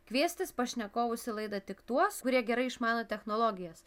kviestis pašnekovus į laidą tik tuos kurie gerai išmano technologijas